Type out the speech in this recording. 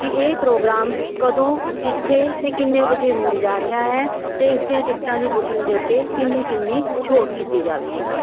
ਕਿ ਇਹ ਪ੍ਰੋਗਰਾਮ ਕਦੋਂ ਕਿੱਥੇ ਅਤੇ ਕਿੰਨੇ ਵਜੇ ਹੋਣ ਜਾ ਰਿਹਾ ਹੈ ਅਤੇ ਇਸ ਦੀਆਂ ਟਿਕਟਾਂ ਦੀ ਬੁਕਿੰਗ ਦੇ ਉੱਤੇ ਕਿੰਨੀ ਕਿੰਨੀ ਛੋਟ ਕੀਤੀ ਜਾਵੇਗੀ